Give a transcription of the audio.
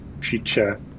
future